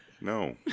no